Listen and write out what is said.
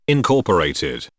Incorporated